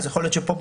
אז יכול להיות שפה,